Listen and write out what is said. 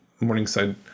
Morningside